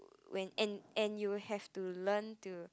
when and and you have to learn to